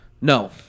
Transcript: No